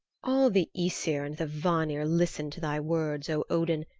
all the aesir and the vanir listen to thy words, o odin,